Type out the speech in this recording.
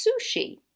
sushi